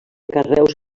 carreus